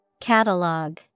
Catalog